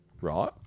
Right